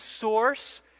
source